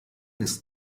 ist